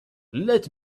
let